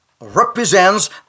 represents